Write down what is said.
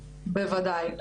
בוודאי.